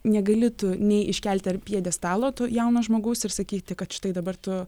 negali tu nei iškelti ant pjedestalo tu jauno žmogaus ir sakyti kad štai dabar tu